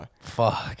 Fuck